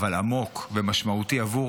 אבל עמוק ומשמעותי עבור